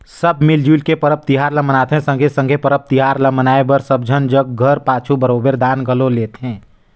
सब मिल जुइल के परब तिहार ल मनाथें संघे संघे परब तिहार ल मनाए बर सब झन जग घर पाछू बरोबेर दान घलो लेथें